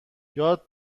یاد